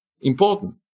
important